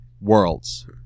worlds